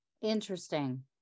interesting